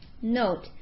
Note